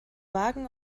wagen